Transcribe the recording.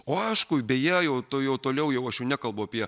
o aišku beje jau tuojau toliau jau aš jau nekalbu apie